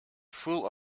full